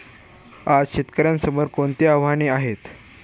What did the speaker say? आज शेतकऱ्यांसमोर कोणती आव्हाने आहेत?